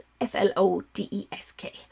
F-L-O-D-E-S-K